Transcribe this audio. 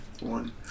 One